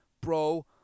bro